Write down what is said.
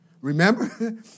Remember